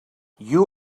you